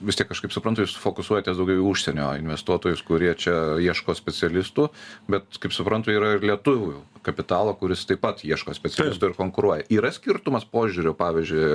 vis tiek aš kaip suprantu jūs fokusuojatės daugiau į užsienio investuotojus kurie čia ieško specialistų bet kaip suprantu yra ir lietuvių kapitalo kuris taip pat ieško specialistų ir konkuruoja yra skirtumas požiūrio pavyzdžiui